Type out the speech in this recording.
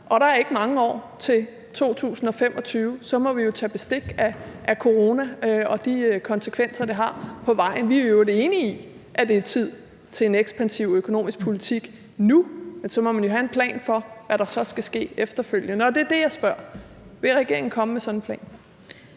Og der er ikke mange år til 2025. Så må vi jo tage bestik af corona og de konsekvenser, den har, på vejen. Vi er i øvrigt enige i, at det er tid til en ekspansiv økonomisk politik nu, men så må man jo have en plan for, hvad der skal ske efterfølgende. Det er det, jeg spørger om: Vil regeringen komme med sådan en plan?